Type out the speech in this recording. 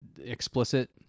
explicit